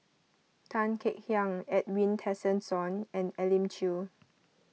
Tan Kek Hiang Edwin Tessensohn and Elim Chew